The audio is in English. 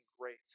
great